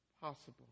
possible